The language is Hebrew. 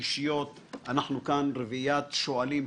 אישיות - שאנחנו כאן רביעיית שואלים,